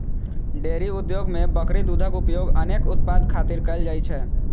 dairy उद्योग मे बकरी दूधक उपयोग अनेक उत्पाद खातिर कैल जाइ छै